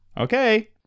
Okay